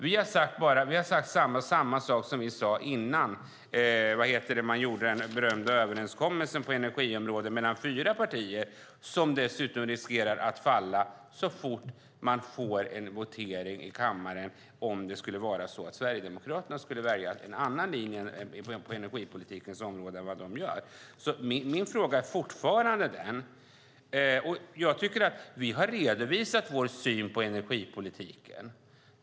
Vi har sagt samma sak som vi sade innan man gjorde den berömda överenskommelsen på energiområdet mellan fyra partier, som dessutom riskerar att falla så fort man får en votering i kammaren om Sverigedemokraterna skulle välja en annan linje på energipolitikens område än vad de gör. Vi har redovisat vår syn på energipolitiken.